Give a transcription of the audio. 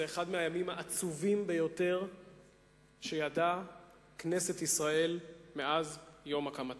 זה אחד הימים העצובים ביותר שידעה כנסת ישראל מאז יום הקמתה.